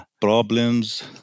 problems